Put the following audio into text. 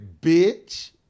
bitch